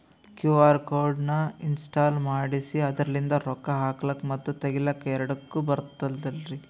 QR code ನ ಇನ್ಸ್ಟಾಲ ಮಾಡೆಸಿ ಅದರ್ಲಿಂದ ರೊಕ್ಕ ಹಾಕ್ಲಕ್ಕ ಮತ್ತ ತಗಿಲಕ ಎರಡುಕ್ಕು ಬರ್ತದಲ್ರಿ?